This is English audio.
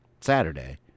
Saturday